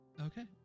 Okay